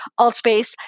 AltSpace